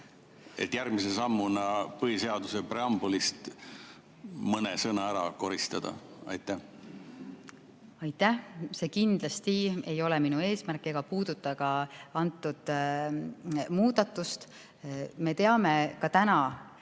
et järgmise sammuna põhiseaduse preambulist mõni sõna ära koristada? Aitäh! See kindlasti ei ole minu eesmärk ega puuduta ka antud muudatust. Me teame ka täna,